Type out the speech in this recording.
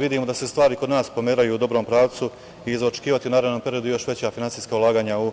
Vidimo da se stvari kod nas pomeraju u dobrom pravcu i za očekivati je u narednom periodu još veća finansijska ulaganja u